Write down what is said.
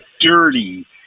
dirty